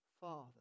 Father